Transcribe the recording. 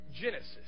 Genesis